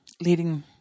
leading